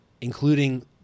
Including